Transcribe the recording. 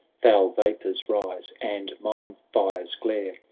foul vapours rise and mine-fires glare.